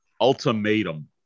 Ultimatum